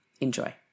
Enjoy